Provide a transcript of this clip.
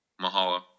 Mahalo